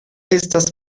estas